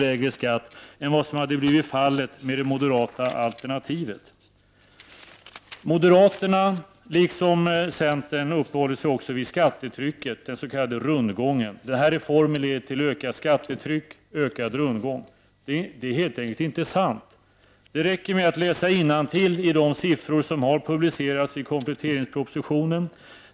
lägre skatt än vad som hade blivit fallet med det moderata alternativet. Moderaterna liksom centern uppehåller sig också vid skattetrycket, den s.k. rundgången och säger att den här reformen leder till ökat skattetryck och ökad rundgång. Det är helt enkelt inte sant. Det räcker att läsa innantill och ta del av de siffror som har publicerats i kompletteringspropositionen.